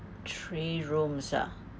three rooms ah